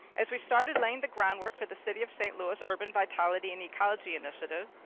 as we started laying the groundwork for the city of st. louis urban vitality and ecology initiative,